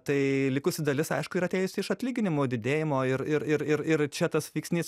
tai likusi dalis aišku yra atėjusi iš atlyginimų didėjimo ir ir ir ir ir čia tas veiksnys